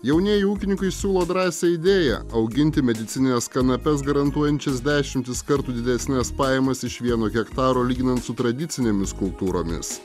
jaunieji ūkininkai siūlo drąsią idėją auginti medicinines kanapes garantuojančias dešimtis kartų didesnes pajamas iš vieno hektaro lyginant su tradicinėmis kultūromis